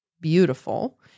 beautiful